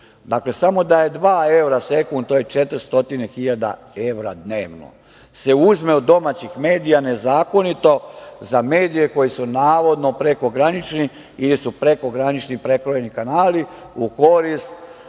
dakle, samo da je dva evra sekund, četiri stotine hiljada evra dnevno se uzme od domaćih medija nezakonito za medije koje su navodno prekogranični ili su prekogranični prekrojeni kanali u korist